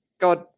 God